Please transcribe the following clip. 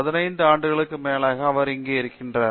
15 ஆண்டுகளுக்கும் மேலாக அவர் இங்கே இருக்கிறார்